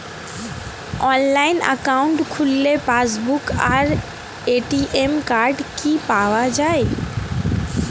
Online account খুললে passbook আর ATM card কি পাওয়া যায়?